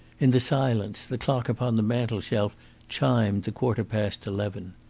in the silence the clock upon the mantelshelf chimed the quarter past eleven.